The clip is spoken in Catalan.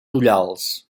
ullals